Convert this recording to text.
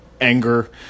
anger